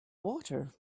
water